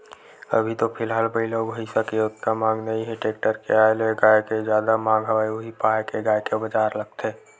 अभी तो फिलहाल बइला अउ भइसा के ओतका मांग नइ हे टेक्टर के आय ले गाय के जादा मांग हवय उही पाय के गाय के बजार लगथे